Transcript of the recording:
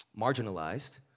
marginalized